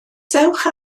dewch